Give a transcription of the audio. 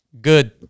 good